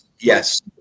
Yes